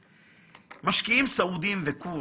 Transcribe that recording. משקיעים סעודיים וכור,